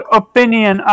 opinion